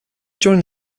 during